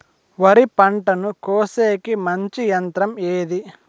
వరి పంటను కోసేకి మంచి యంత్రం ఏది?